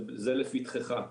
זה לפתחך,